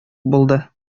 булды